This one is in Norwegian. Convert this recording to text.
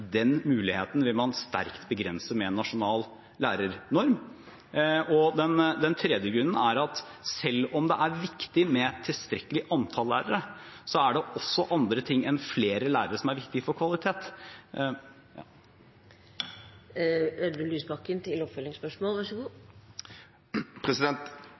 Den muligheten vil man sterkt begrense med en nasjonal lærernorm. Og en tredje grunn er at selv om det er viktig med et tilstrekkelig antall lærere, er det også andre ting enn flere lærere som er viktige for kvalitet.